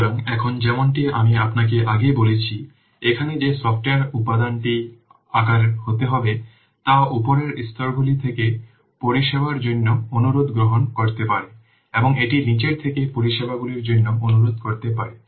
সুতরাং এখন যেমনটি আমি আপনাকে আগেই বলেছি এখানে যে সফ্টওয়্যার উপাদানটি আকারের হতে হবে তা উপরের স্তরগুলি থেকে পরিষেবার জন্য অনুরোধ গ্রহণ করতে পারে এবং এটি নীচের থেকে পরিষেবাগুলির জন্য অনুরোধ করতে পারে